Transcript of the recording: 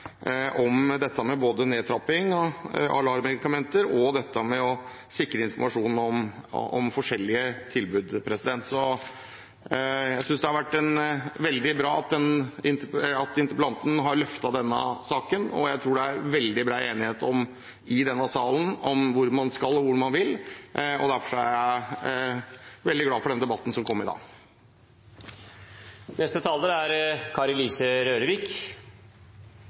nedtrapping av LAR-medikamenter og sikrer informasjon om forskjellige tilbud. Jeg synes det har vært veldig bra at interpellanten har løftet denne saken, og jeg tror det er veldig bred enighet i denne salen om hvor man skal, og hvor man vil, og derfor er jeg veldig glad for den debatten som kom i dag. Takk til interpellanten for at hun tar opp en veldig viktig problemstilling. Graviditet under LAR er